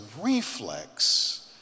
reflex